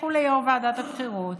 לכו ליו"ר ועדת הבחירות,